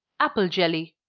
apple jelly.